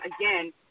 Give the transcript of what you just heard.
again